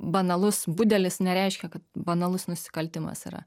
banalus budelis nereiškia kad banalus nusikaltimas yra